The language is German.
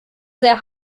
sehr